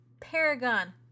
Paragon